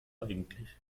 eigentlich